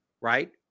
right